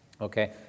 Okay